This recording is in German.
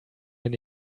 bin